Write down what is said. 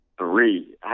Three